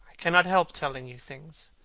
cannot help telling you things.